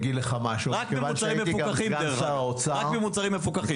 רק ממוצרים מפוקחים, דרך אגב.